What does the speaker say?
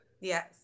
Yes